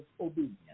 obedience